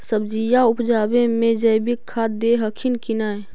सब्जिया उपजाबे मे जैवीक खाद दे हखिन की नैय?